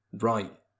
right